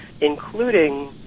including